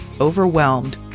overwhelmed